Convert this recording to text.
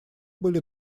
были